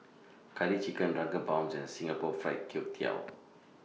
Curry Chicken Drunken Prawns and Singapore Fried Kway Tiao